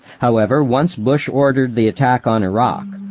however, once bush ordered the attack on iraq,